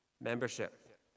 membership